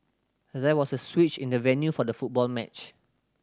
there was a switch in the venue for the football match